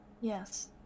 Yes